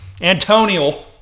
Antonio